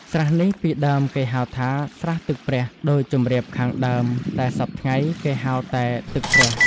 ស្រះនេះ ពីដើមគេហៅថា "ស្រះទឹកព្រះ" ដូចជម្រាបខាងដើម, តែសព្វថ្ងៃ គេហៅតែ "ទឹកព្រះ" ។